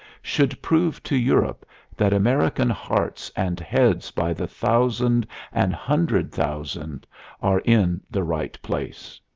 should prove to europe that american hearts and heads by the thousand and hundred thousand are in the right place.